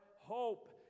hope